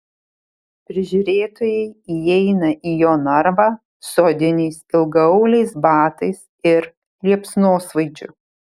prižiūrėtojai įeina į jo narvą su odiniais ilgaauliais batais ir liepsnosvaidžiu